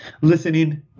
listening